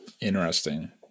Interesting